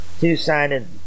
two-sided